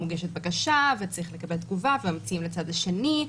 מוגשת בקשה וצריך לקבל תגובה והמציעים לצד השני,